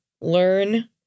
learn